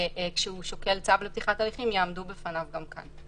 כשהוא שוקל צו לפתיחת הליכים יעמדו בפניו גם כאן.